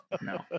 No